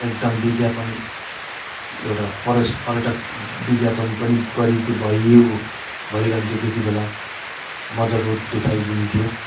एकदम विज्ञापन एउटा परेश पर्यटक विज्ञापन पनि गरिन्थ्यो भइयो भइरहन्थ्यो त्यति बेला मजाको देखाइदिन्थ्यो